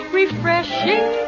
refreshing